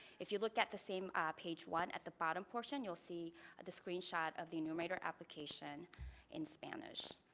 if you look at the same ah page one at the bottom portion, you will see the screenshot of the numerator application in spanish.